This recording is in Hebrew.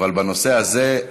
אבל בנושא הזה,